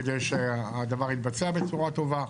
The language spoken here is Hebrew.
כדי שהדבר יתבצע בצורה טובה.